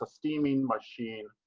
ah steamer machine.